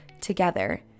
together